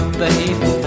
baby